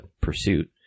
Pursuit